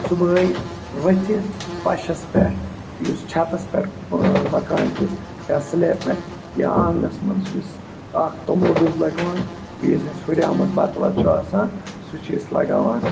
صُبحٲے ؤتھِتھ پَشَس پٮ۪ٹھ یُس چھَتَس پٮ۪ٹھ مکان کِس یا سٕلیپ پٮ۪ٹھ یا آنٛگنَس منٛز یُس اَکھ توٚملہٕ بوٚک لَگاوان بیٚیہِ یُس أسۍ ہُریومُت بَتہٕ وَتہٕ چھُ آسان سُہ چھِ أسۍ لَگاوان